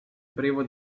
privo